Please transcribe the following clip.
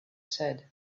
said